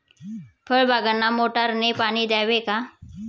फळबागांना मोटारने पाणी द्यावे का?